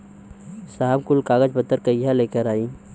साहब कुल कागज पतर लेके कहिया आई?